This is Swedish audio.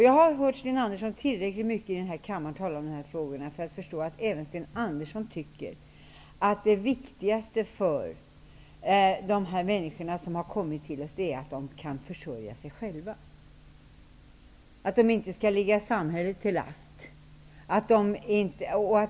Jag har hört Sten Andersson tala om de här frågorna tillräckligt mycket här i kammaren för att förstå att även Sten Andersson tycker att det viktigaste för de människor som har kommit till oss är att de kan försörja sig själva, att de inte skall ligga samhället till last.